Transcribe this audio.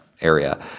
area